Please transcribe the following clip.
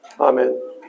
Amen